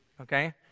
Okay